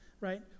right